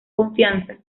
confianza